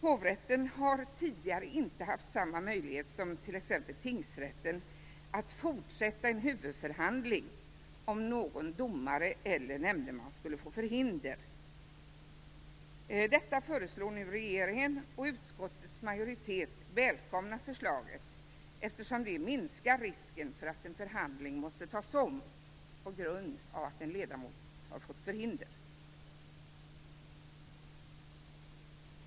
Hovrätten har tidigare inte haft samma möjlighet som t.ex. tingsrätten att fortsätta en huvudförhandling, om någon domare eller nämndeman skulle få förhinder. Detta föreslår nu regeringen. Utskottets majoritet välkomnar förslaget, eftersom det minskar risken för att en förhandling måste tas om på grund av att en ledamot fått förhinder.